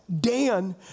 Dan